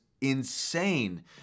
insane